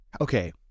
Okay